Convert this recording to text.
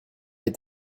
est